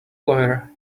lawyer